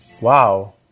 Wow